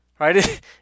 right